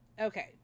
Okay